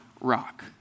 rock